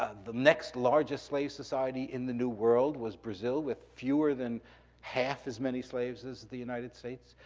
ah the next largest slave society in the new world was brazil with fewer than half as many slaves as the united states.